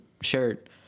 shirt